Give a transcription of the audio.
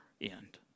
end